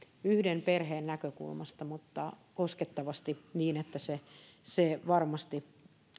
yhden perheen näkökulmasta mutta koskettavasti niin että se se varmasti